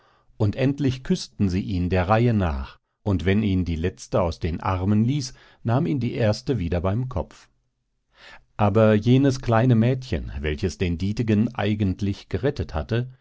und endlich küßten sie ihn der reihe nach und wenn ihn die letzte aus den armen ließ nahm ihn die erste wieder beim kopf aber jenes kleine mädchen welches den dietegen eigentlich gerettet hatte